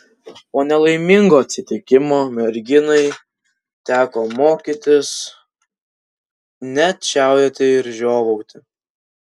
po nelaimingo atsitikimo merginai teko mokytis net čiaudėti ir žiovauti